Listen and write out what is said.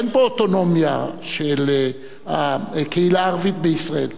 אין פה אוטונומיה של הקהילה הערבית בישראל,